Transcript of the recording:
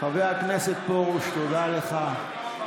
חבר הכנסת פרוש, תודה לך.